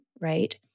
right